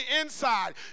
inside